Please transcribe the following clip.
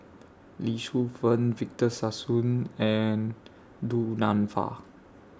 Lee Shu Fen Victor Sassoon and Du Nanfa